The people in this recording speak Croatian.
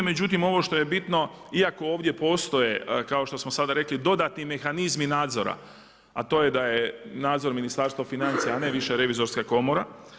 Međutim, ovo što je bitno iako ovdje postoje kao što smo sada rekli dodatni mehanizmi nadzora a to je da je nadzor Ministarstva financija a ne više revizorska komora.